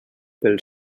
pel